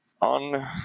On